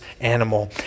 animal